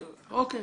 בסדר.